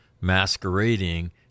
masquerading